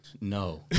No